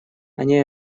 они